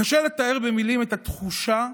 קשה לתאר במילים את התחושה,